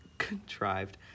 Contrived